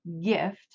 gift